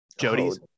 Jody's